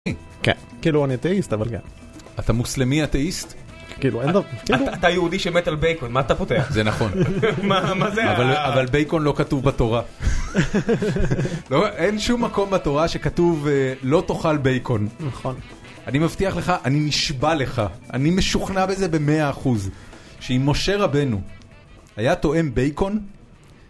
כן. כאילו אני אתאיסט אבל כן. אתה מוסלמי אתאיסט? כאילו אין דבר... אתה יהודי שמת על בייקון מה אתה פותח? זה נכון אבל, אבל בייקון לא כתוב בתורה אין שום מקום בתורה שכתוב "לא תאכל בייקון". נכון. אני מבטיח לך, אני נשבע לך אני משוכנע בזה במאה אחוז שאם משה רבנו היה טועם בייקון